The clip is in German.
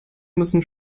müssen